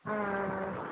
ஆ ஆ ஆ